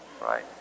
right